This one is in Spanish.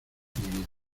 vida